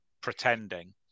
pretending